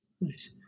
Nice